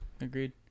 Agreed